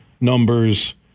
numbers